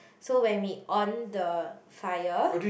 so when we on the fire